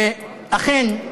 ואכן,